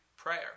prayer